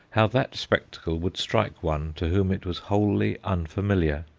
how that spectacle would strike one to whom it was wholly unfamiliar.